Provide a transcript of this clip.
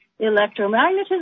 electromagnetism